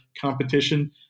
competition